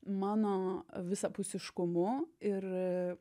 mano visapusiškumu ir